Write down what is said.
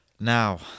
now